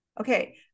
Okay